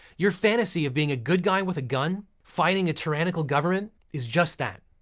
your fantasy of being a good guy with a gun fighting a tyrannical government, is just that.